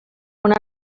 una